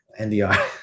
ndr